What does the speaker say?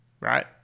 right